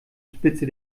spitze